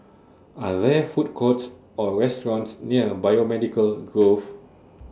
Are There Food Courts Or restaurants near Biomedical Grove